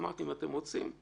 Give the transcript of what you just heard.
ואמרתי: אם אתם רוצים,